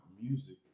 music